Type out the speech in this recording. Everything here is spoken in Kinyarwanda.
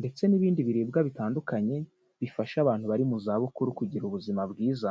ndetse n'ibindi biribwa bitandukanye bifasha abantu bari mu za bukuru kugira ubuzima bwiza.